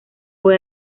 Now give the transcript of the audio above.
fue